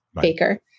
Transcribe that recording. Baker